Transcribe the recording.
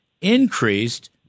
increased